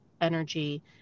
energy